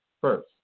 first